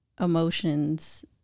emotions